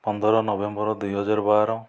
ପନ୍ଦର ନଭେମ୍ବର ଦୁଇହଜାର ବାର